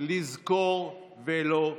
לזכור ולא לשכוח.